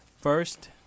first